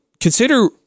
consider